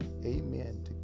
amen